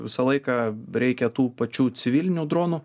visą laiką reikia tų pačių civilinių dronų